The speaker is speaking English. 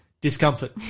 Discomfort